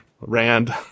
rand